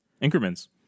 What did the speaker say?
increments